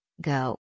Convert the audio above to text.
Go